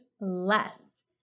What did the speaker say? less